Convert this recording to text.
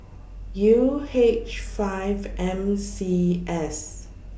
U H five M C S